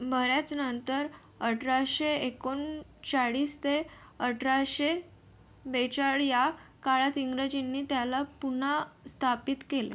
बर्याच नंतर अठराशे एकोणचाळीस ते अठराशे बेचाळ या काळात इंग्रजांनी त्याला पुन्हा स्थापित केले